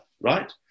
right